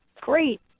great